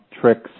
tricks